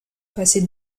passer